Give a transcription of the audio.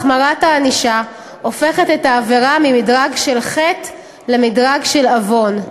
החמרת הענישה הופכת את העבירה ממדרג של חטא למדרג של עוון.